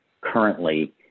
currently